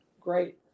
great